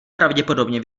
pravděpodobně